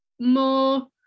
more